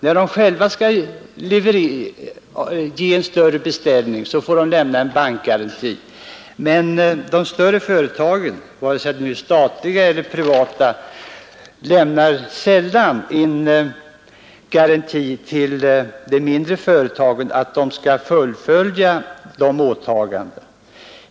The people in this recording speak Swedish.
När de själva gör en större beställning får de lämna bankgaranti, men de större företagen — vare sig de är statliga eller privata — lämnar sällan en garanti till de mindre företagen för att beställarna skall fullfölja sina åtaganden.